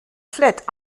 flat